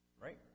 Right